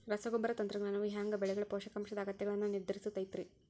ರಸಗೊಬ್ಬರ ತಂತ್ರಜ್ಞಾನವು ಹ್ಯಾಂಗ ಬೆಳೆಗಳ ಪೋಷಕಾಂಶದ ಅಗತ್ಯಗಳನ್ನ ನಿರ್ಧರಿಸುತೈತ್ರಿ?